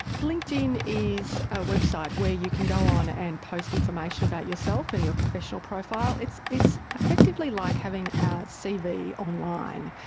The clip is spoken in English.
linkedin is a website where you can go on and post information about yourself and your professional profile. it's it's effectively like having a cv online,